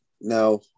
now